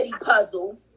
puzzle